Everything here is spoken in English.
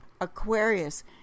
aquarius